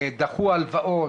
דחו הלוואות,